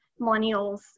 millennials